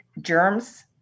germs